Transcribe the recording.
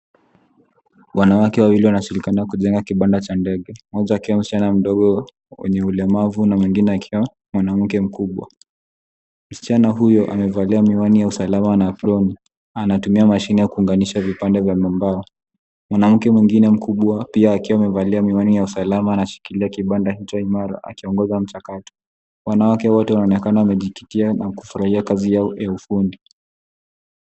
Wanawake wanajenga kibanda cha chandege. Kijana mdogo mwenye ulemavu amevaa miwani ya usalama na hafanyi kazi na mashine, huku mwanamume mkubwa akishikilia kibanda imara akiwa na miwani ya usalama. Wanawake wengine wamesimama wakifanya kazi za ufundi.